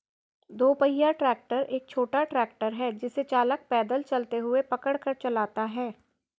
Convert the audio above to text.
दो पहिया ट्रैक्टर एक छोटा ट्रैक्टर है जिसे चालक पैदल चलते हुए पकड़ कर चलाता है